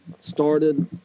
started